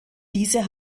diese